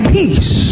peace